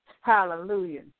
hallelujah